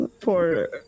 For-